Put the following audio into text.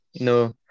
No